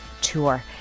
tour